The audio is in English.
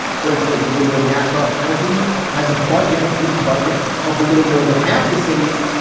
for instance, neighboring nassau county has a budget, a police budget of a little more than half the city's,